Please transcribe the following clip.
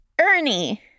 Ernie